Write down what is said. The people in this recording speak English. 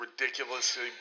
ridiculously